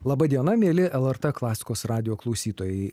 laba diena mieli lrt klasikos radijo klausytojai